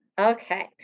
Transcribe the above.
Okay